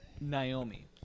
Naomi